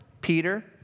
Peter